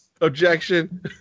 Objection